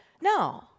No